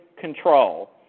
control